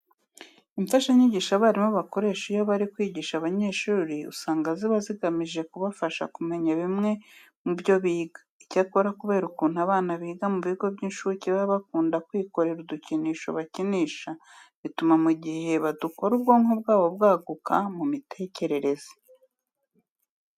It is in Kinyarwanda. Imfashanyigisho abarimu bakoresha iyo bari kwigisha abanyeshuri usanga ziba zigamije kubafasha kumenya bimwe mu byo biga. Icyakora kubera ukuntu abana biga mu bigo by'incuke baba bakunda kwikorera udukinisho bakinisha, bituma mu gihe badukora ubwonko bwabo bwaguka mu mitekerereze.